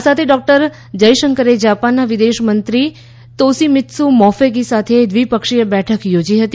આ સાથે ડોકટર જયશંકરે જાપાનના વિદેશમંત્રી તોસીમીત્સુ મોફેગી સાથે દ્વિપક્ષીય બેઠક યોજી હતી